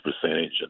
percentage